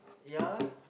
yeah